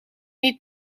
niet